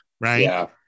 right